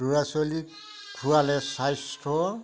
ল'ৰা ছোৱালীক খোৱালে স্বাস্থ্য